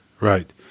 Right